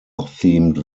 themed